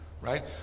right